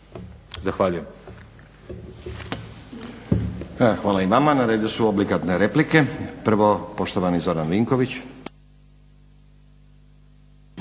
Zahvaljujem.